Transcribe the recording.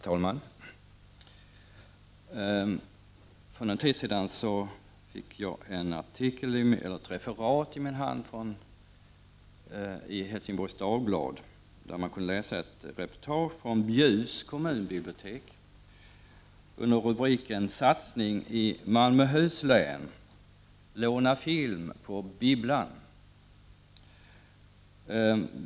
Herr talman! För ett år sedan fick jag i min hand ett referat ur Helsingborgs Dagblad. Där kunde man läsa reportage från Bjuvs kommunbibliotek. Rubriken löd ”Satsning i Malmöhus län”, låna film på ”bibblan”.